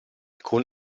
con